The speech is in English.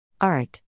ART